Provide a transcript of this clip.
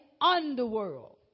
underworld